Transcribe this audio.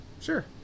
Sure